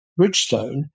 Bridgestone